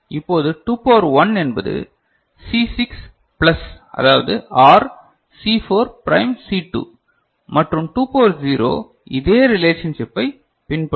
இப்போது 2 பவர் 1 என்பது C 6 plus அதாவது OR சி 4 பிரைம் சி 2 மற்றும் 2 பவர் 0 இதே ரிலேஷன்ஷிப்பை பின்பற்றும்